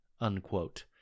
unquote